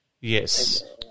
Yes